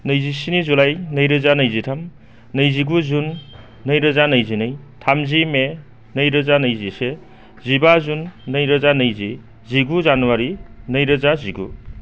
नैजिस्नि जुलाइ नैरोजा नैजिथाम नैजिगु जुन नैरोजा नैजिनै थामजि मे नैरोजा नैजिसे जिबा जुन नैरोजा नैजि जिगु जानुवारि नैरोजा जिगु